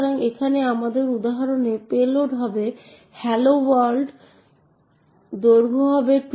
সুতরাং উদাহরণস্বরূপ এটির বিষয়বস্তুতে user string এ যাবে